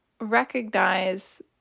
recognize